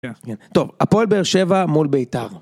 כן. טוב, הפועל באר שבע מול ביתר.